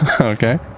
okay